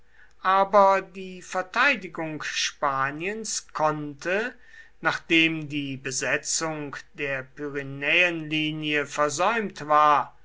aber die verteidigung spaniens konnte nachdem die besetzung der pyrenäenlinie versäumt war